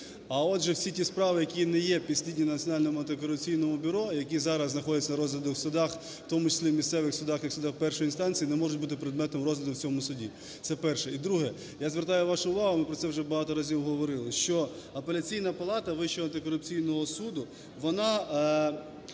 антикорупційному бюро, які зараз знаходяться на розгляді в судах, в тому числі місцевих судах і судах першої інстанції, не можуть бути предметом розгляду в цьому суді. Це перше. І друге. Я звертаю вашу увагу, ми про це вже багато разів говорили, що Апеляційна палата Вищого антикорупційного суду, вона